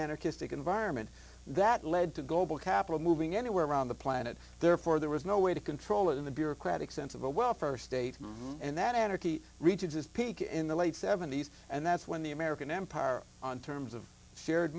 artistic environment that led to goebel capital moving anywhere around the planet therefore there was no way to control it in the bureaucratic sense of a well st state and that anarchy reaches its peak in the late seventies and that's when the american empire on terms of seared